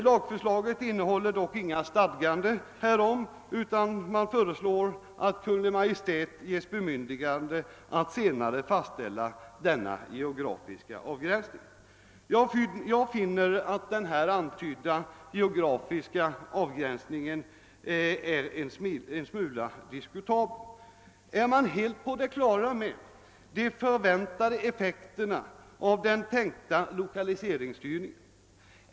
Lagförslaget innehåller dock inga stadganden härom, utan Kungl. Maj:t ges bemyndigande att senare fastställa denna geografiska avgränsning. Jag finner den antydda geografiska avgränsningen vara en smula diskutabel. är man helt på det klara med de förväntade effekterna av den tänkta lokaliseringsstyrningen?